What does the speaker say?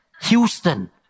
Houston